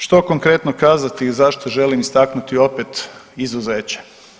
Što konkretno kazati zašto želim istaknuti opet izuzeće?